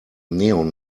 neon